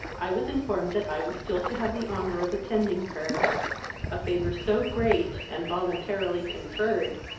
i was informed that i was still to have the honour of attending her a favour so great, and voluntarily conferred,